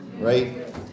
right